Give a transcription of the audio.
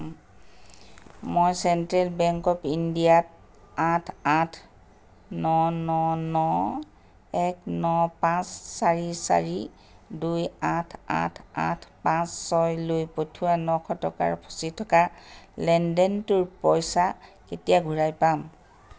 মই central bank of ইণ্ডিয়াত আঠ আঠ ন ন ন এক ন পাঁচ চাৰি চাৰি দুই আঠ আঠ আঠ পাঁচ ছয় লৈ পঠিওৱা নশ টকাৰ ফচি থকা লেনদেনটোৰ পইচা কেতিয়া ঘূৰাই পাম